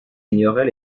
ignorait